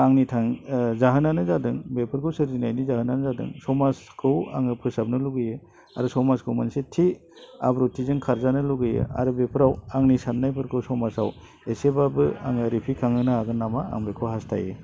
आंनि जाहोनानो जादों बेफोरखौ सोरजिनायनि जाहोनानो जादों समाजखौ आङो फोसाबनो लुबैयो आरो समाजखौ मोनसे थि आब्रुथिजों खारजानो लुबैयो आरो बेफोराव आंनि सान्नायफोरखौ समाजाव एसेबाबो आङो रिफिखांहोनो हागोन नामा आं बेखौ हास्थायो